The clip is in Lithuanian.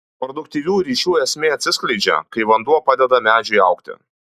produktyvių ryšių esmė atsiskleidžia kai vanduo padeda medžiui augti